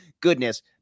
goodness